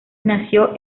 nació